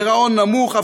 גירעון נמוך,